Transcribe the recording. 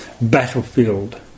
battlefield